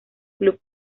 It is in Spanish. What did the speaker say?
club